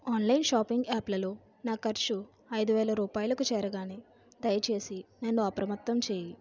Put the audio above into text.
online shopping యాప్లలో నా ఖర్చు ఐదు వేల రూపాయలకు చేరగానే దయచేసి నన్ను అప్రమత్తం చేయి